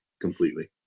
completely